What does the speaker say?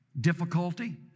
difficulty